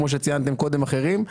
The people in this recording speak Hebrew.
כמו שציינו קודם אחרים,